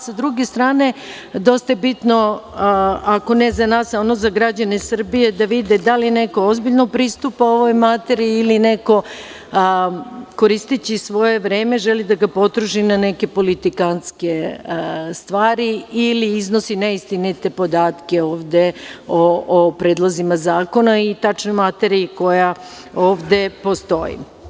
Sa druge strane, dosta je bitno, ako ne za nas, onda za građane Srbije da vide da li neko ozbiljno pristupa ovoj materiji ili neko koristeći svoje vreme želi da ga potroši na neke politikantske stvari ili iznosi neistinite podatke ovde o predlozima zakona i tačnoj materiji koja ovde postoji.